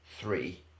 three